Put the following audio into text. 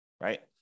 right